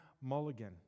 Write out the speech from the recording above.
mulligan